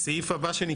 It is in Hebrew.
הסעיף הבא שנקרא